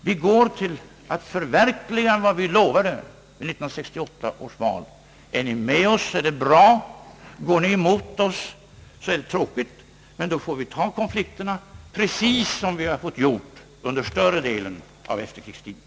Vi går att förverkliga vad vi lovade i 1968 års val. Är ni med oss är det bra, går ni emot oss är det tråkigt; men då får vi ta konflikterna, precis som vi gjort under större delen av efterkrigstiden.